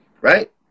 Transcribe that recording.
Right